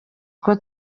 uko